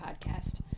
podcast